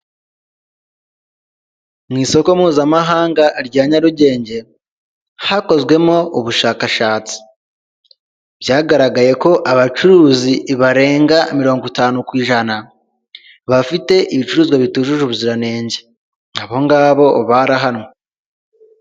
Mu isoko mpuzamahanga rya Nyarugenge, hakozwemo ubushakashatsi. Byagaragaye ko abacuruzi barenga mirongo itanu ku ijana, bafite ibicuruzwa bitujuje ubuziranenge. Abo ngabo barahanwe.